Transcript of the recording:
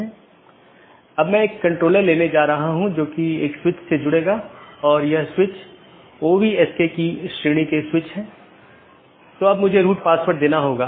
इसलिए open message दो BGP साथियों के बीच एक सेशन खोलने के लिए है दूसरा अपडेट है BGP साथियों के बीच राउटिंग जानकारी को सही अपडेट करना